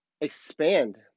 expand